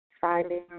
finding